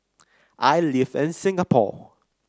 i live in Singapore